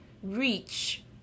reach